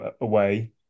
away